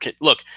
Look